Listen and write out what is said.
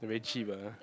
they are very cheap ah